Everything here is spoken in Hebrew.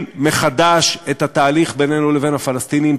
מחדש את התהליך בינינו לבין הפלסטינים,